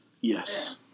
Yes